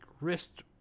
wrist